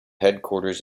headquarters